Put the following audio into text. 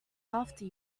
after